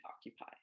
occupy